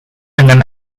dengan